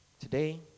Today